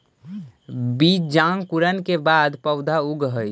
बीजांकुरण के बाद पौधा उगऽ हइ